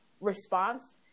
response